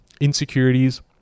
Insecurities